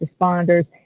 responders